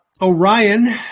Orion